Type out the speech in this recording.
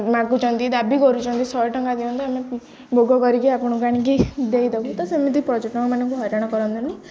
ମାଗୁଛନ୍ତି ଦାବି କରୁଛନ୍ତି ଶହେ ଟଙ୍କା ଦିଅନ୍ତୁ ଆମେ ଭୋଗ କରିକି ଆପଣଙ୍କୁ ଆଣିକି ଦେଇ ଦେବୁ ତ ସେମିତି ପର୍ଯ୍ୟଟକ ମାନଙ୍କୁ ହଇରାଣ କରନ୍ତୁନି